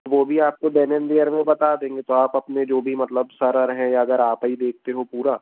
वो भी आपको देन एन देयर में बता देंगे तो आप अपने जो भी मतलब सर अर है अगर आप ही देखते हो पूरा